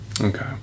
Okay